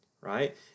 right